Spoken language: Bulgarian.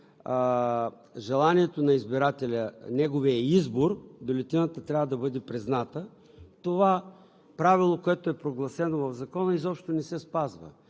желанието на избирателя – неговият избор, бюлетината трябва да бъде призната. Това правило, което е прогласено в Закона, изобщо не се спазва.